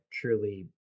truly